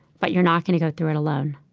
but you're not going to go through it alone.